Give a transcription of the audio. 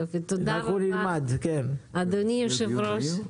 תודה רבה, אדוני היושב-ראש,